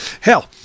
Hell